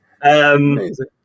amazing